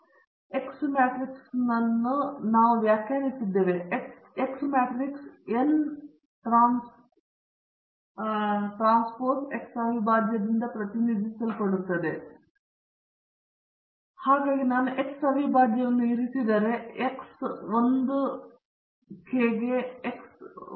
X matrix ಅನ್ನು ಸ್ಲೈಡ್ನಲ್ಲಿ ತೋರಿಸಿರುವಂತೆ ನಾವು ವ್ಯಾಖ್ಯಾನಿಸಿದ್ದೇವೆ ಮತ್ತು ಎಕ್ಸ್ ಮೆಟ್ರಿಕ್ಸ್ ನ ಟ್ರಾನ್ಸ್ಪೇಸ್ X ಅವಿಭಾಜ್ಯದಿಂದ ಪ್ರತಿನಿಧಿಸಲ್ಪಡುತ್ತದೆ ಮತ್ತು X ಅವಿಭಾಜ್ಯ ಅಥವಾ X ನ ವರ್ಗಾವಣೆಯು X ಮ್ಯಾಟ್ರಿಕ್ಸ್ನ ಸಾಲುಗಳು ಮತ್ತು ಕಾಲಮ್ಗಳನ್ನು ಪರಸ್ಪರ ವಿನಿಮಯ ಮಾಡುವುದನ್ನು ಒಳಗೊಂಡಿರುತ್ತದೆ X ಅವಿಭಾಜ್ಯವನ್ನು ಪಡೆದುಕೊಳ್ಳಿ ಎಕ್ಸ್ ಮ್ಯಾಟ್ರಿಕ್ಸ್ನ ಸಾಲುಗಳು ಮತ್ತು ಕಾಲಮ್ಗಳನ್ನು ವಿನಿಮಯ ಮಾಡಿಕೊಳ್ಳಿ